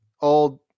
old